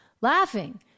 laughing